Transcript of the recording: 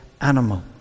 animal